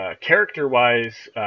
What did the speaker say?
character-wise